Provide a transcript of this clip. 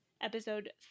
episode